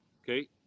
Okay